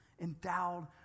endowed